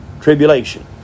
tribulation